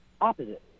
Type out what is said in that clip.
opposite